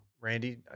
Randy